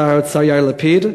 שר האוצר יאיר לפיד,